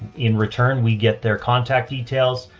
in return we get their contact details,